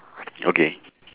okay